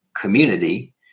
community